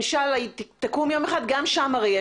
אם היא תקום יום אחד יש מעגנות.